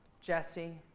jessie.